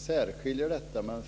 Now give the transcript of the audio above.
Herr talman! Ja, jag särskiljer detta, men